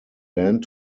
land